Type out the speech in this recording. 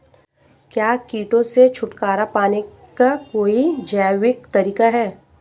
क्या कीटों से छुटकारा पाने का कोई जैविक तरीका है?